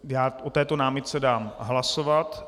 O této námitce dám hlasovat.